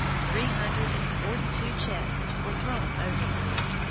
three hundred and forty-two chests were thrown overboard.